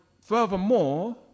furthermore